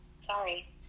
Sorry